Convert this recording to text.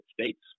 States